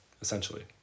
essentially